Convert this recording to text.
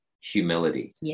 humility